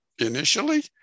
initially